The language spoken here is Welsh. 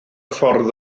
ffordd